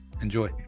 Enjoy